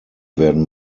werden